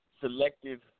selective